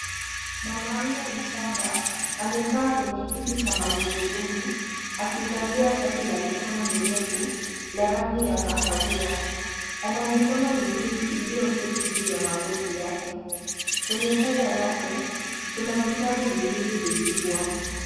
Mwanamme mchanga amekaa kwenye kiti cha magurudumu akivalia shati la mikono mirefu la rangi ya kahawia, ana mikono miwili iliyoketi juu ya magoti yake, kwenye paja lake kuna vitabu viwili vikubwa.